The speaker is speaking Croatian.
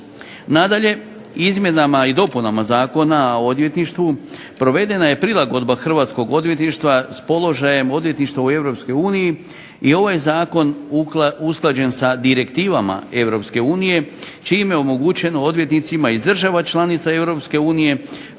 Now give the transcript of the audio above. Nadalje, izmjenama i dopunama Zakona o odvjetništvu provedena je prilagodba hrvatskog odvjetništva s položajem odvjetništva u EU i ovaj zakon je usklađen sa direktivama EU čime je omogućeno odvjetnicima iz država članica EU